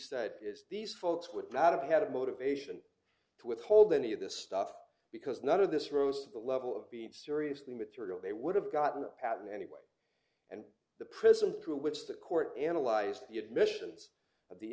said is these folks would not have had a motivation to withhold any of this stuff because none of this rose to the level of being seriously material they would have gotten the patent anyway and the prism through which the court analyzed the admissions